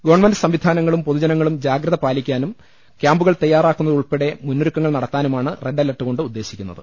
government സംവിധാനങ്ങളും പൊതുജനങ്ങളും ജാഗ്രത പാലിക്കാനും കൃാമ്പുകൾ തയ്യാറാക്കുന്നതുൾപ്പെടെ മുന്നൊ രുക്കങ്ങൾ നടത്താനുമാണ് റെഡ് അലേർട്ട്കൊണ്ട് ഉദ്ദേശിക്കു ന്നത്